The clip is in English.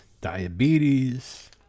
Diabetes